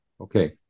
Okay